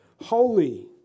holy